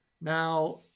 Now